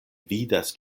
vidas